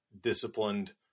disciplined